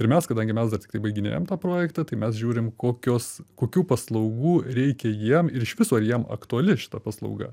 ir mes kadangi mes dar tiktai baiginėjam tą projektą tai mes žiūrim kokios kokių paslaugų reikia jiem ir iš viso ar jiem aktuali šita paslauga